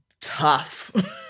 tough